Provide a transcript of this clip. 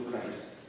Christ